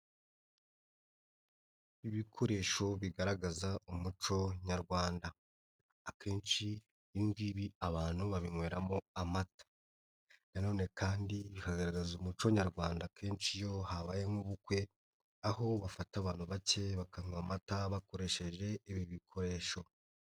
Ibikoresho bigaragaza umuco nyarwanda, akenshi ibi ngibi abantu babinyweramo amata na none kandi bikagaragaza umuco nyarwanda akenshi iyo habaye nk'ubukwe, aho bafata abantu bake, bakanywa amata bakoresheje ibi bikoresho.